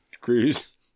cruise